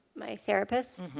my therapist?